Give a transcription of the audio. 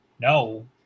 No